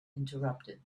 interrupted